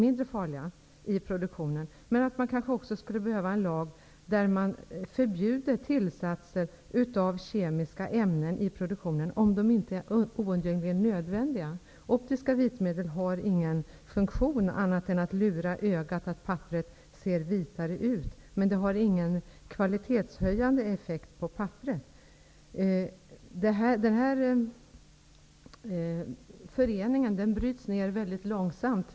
Vi kanske också skulle behöva en lag där man förbjuder tillsatser av kemiska ämnen i produktionen om de inte är oundgängligen nödvändiga. Optiska vitmedel har ingen funktion annat än att lura ögat så att papperet ser vitare ut. Men de har ingen kvalitetshöjande effekt på papperet. Den här aktuella kemiska föreningen bryts ned väldigt långsamt.